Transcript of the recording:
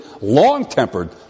long-tempered